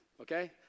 Okay